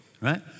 right